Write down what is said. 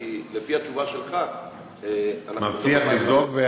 כי לפי התשובה שלך אנחנו, מבטיח לבדוק.